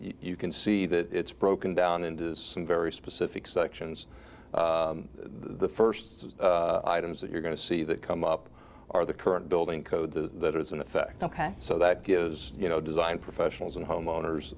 you can see that it's broken down into some very specific sections the first items that you're going to see that come up are the current building code the it is in effect ok so that gives you no design professionals and homeowners